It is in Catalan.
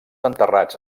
enterrats